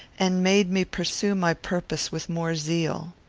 and made me pursue my purpose with more zeal.